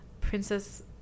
Princess